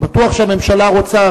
בטוח שהממשלה רוצה,